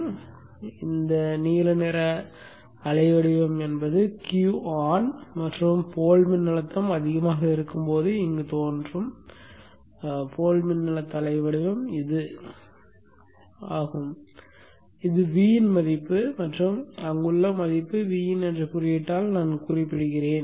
எனவே நீல நிற அலைவடிவம் என்பது Q ஆன் மற்றும் போல் மின்னழுத்தம் அதிகமாக இருக்கும் போது இங்கு தோன்றும் போல் மின்னழுத்த அலைவடிவம் என்பதை இங்கே பார்க்கவும் அது Vin மதிப்பு மற்றும் அங்குள்ள மதிப்பை Vin என்ற குறியீட்டால் குறிப்பிடுகிறேன்